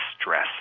stress